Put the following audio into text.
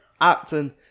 acting